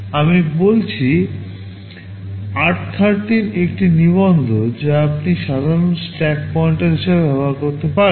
আমি বলেছি r13 একটি নিবন্ধ যা আপনি সাধারণত স্ট্যাক পয়েন্টার হিসাবে ব্যবহার করেন